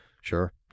Sure